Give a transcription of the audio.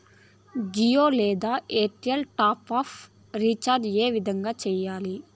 జియో లేదా Airtel top up recharge ఏ విధంగా సేయాలి